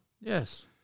Yes